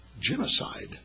genocide